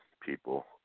people